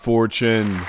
Fortune